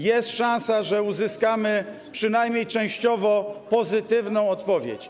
Jest szansa, że uzyskamy przynajmniej częściowo pozytywną odpowiedź.